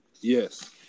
Yes